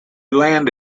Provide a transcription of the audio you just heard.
land